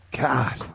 God